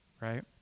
right